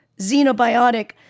xenobiotic